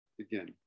Again